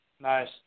nice